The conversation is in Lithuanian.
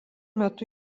metu